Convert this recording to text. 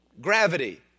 Gravity